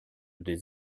des